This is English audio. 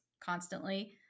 constantly